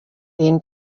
then